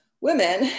women